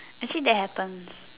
actually that happens